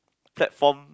platform